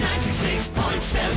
96.7